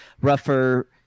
rougher